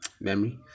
memory